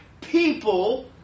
people